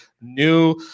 new